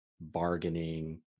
bargaining